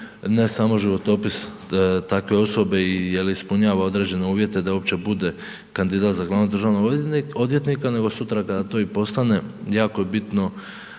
ne samo životopis takve osobe i je li ispunjava određene uvjete da uopće bude kandidat za glavnog državnog odvjetnika nego sutra kada to i postane jako je bitno